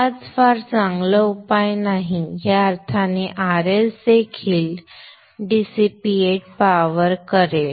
तथापि हा फार चांगला उपाय नाही या अर्थाने Rs देखील डीसीपीएट पावर करेल